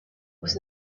was